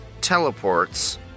teleports